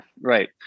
Right